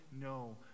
No